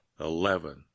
Eleven